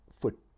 foot